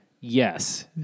yes